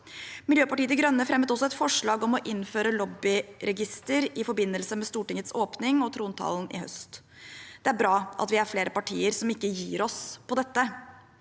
Miljøpartiet De Grønne fremmet også et forslag om å innføre lobbyregister i forbindelse med Stortingets åpning og trontalen i høst. Det er bra at vi er flere partier som ikke gir oss på dette.